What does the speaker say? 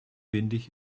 windig